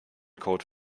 code